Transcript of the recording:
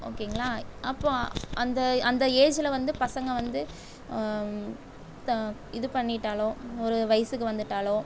ஓகேங்களா அப்போது அந்த அந்த ஏஜில் வந்து பசங்கள் வந்து இது பண்ணிவிட்டாலோ ஒரு வயசுக்கு வந்துவிட்டாலோ